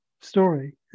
story